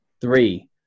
Three